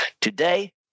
Today